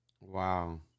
Wow